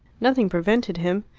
nothing prevented him.